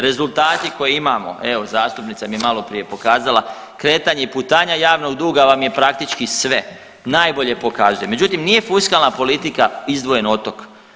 Rezultati koje imamo, evo zastupnica mi je maloprije pokazala, kretanje i putanja javnog duga vam je praktički sve, najbolje pokazuje, međutim nije fiskalna politika izdvojena od tog.